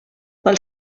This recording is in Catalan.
pel